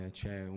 c'è